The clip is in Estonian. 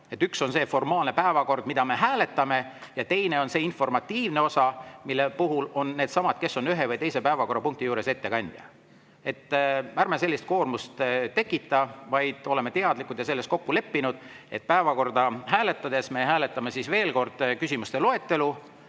üks on see formaalne päevakord, mida me hääletame, ja teine on informatiivne osa, kes on ühe või teise päevakorrapunkti juures ettekandja. Ärme sellist koormust tekita, vaid oleme teadlikud ja selles kokku leppinud, et päevakorda hääletades me hääletame, veel kord, [päevakorrapunktide] loetelu,